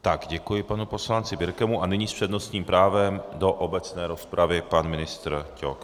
Tak, děkuji panu poslanci Birkemu a nyní s přednostním právem do obecné rozpravy pan ministr Ťok.